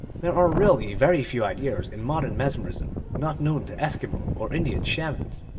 there are really very few ideas in modern mesmer ism not known to eskimo or indian shamans.